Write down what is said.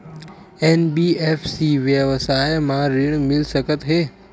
NBFC व्यवसाय मा ऋण मिल सकत हे